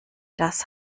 das